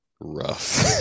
rough